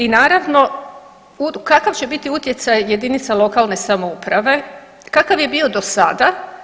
I naravno, kakav će biti utjecaj jedinica lokalne samouprave, kakav je bio do sada?